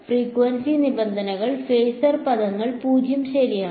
frequency നിബന്ധനകൾ phasor പദങ്ങൾ 0 ശരിയാണ്